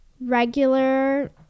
regular